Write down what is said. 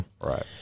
Right